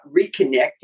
reconnecting